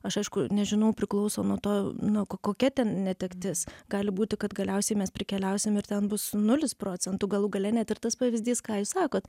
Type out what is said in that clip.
aš aišku nežinau priklauso nuo to nu ko kokia ten netektis gali būti kad galiausiai mes prikeliausim ir ten bus nulis procentų galų gale net ir tas pavyzdys ką jūs sakot